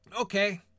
okay